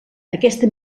aquesta